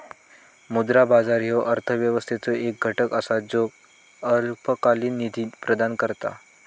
मुद्रा बाजार ह्यो अर्थव्यवस्थेचो एक घटक असा ज्यो अल्पकालीन निधी प्रदान करता